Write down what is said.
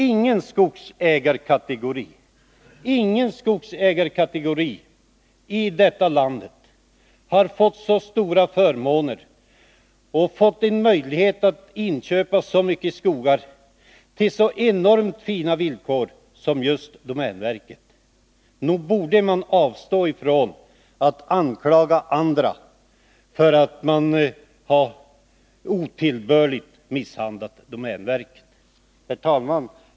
Ingen annan skogsägarkategori i detta land har ju fått så stora förmåner och fått möjlighet att inköpa så mycket skog på så enormt fina villkor som just domänverket. Nog borde man då kunna avstå från att anklaga andra för att otillbörligt ha misshandlat domänverket. Herr talman!